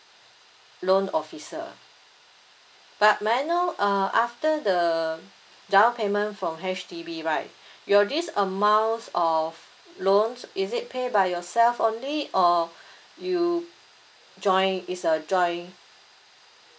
loan officer but may I know uh after the down payment from H_D_B right your this amount of loan is it pay by yourself only or you join it's a joint